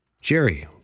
Jerry